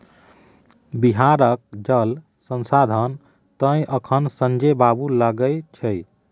बिहारक जल संसाधन तए अखन संजय बाबू लग छै